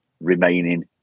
remaining